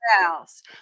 else